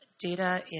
data